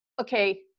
okay